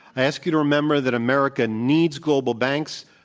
i ask you to remember that america needs global banks,